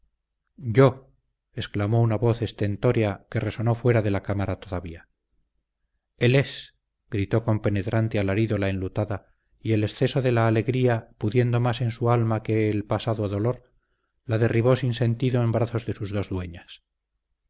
yo exclamó una voz estentórea que resonó fuera de la cámara todavía él es gritó con penetrante alarido la enlutada y el exceso de la alegría pudiendo más en su alma que el pasado dolor la derribó sin sentido en brazos de sus dos dueñas